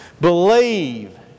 Believe